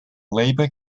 labour